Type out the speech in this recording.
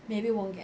maybe won't get